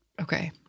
Okay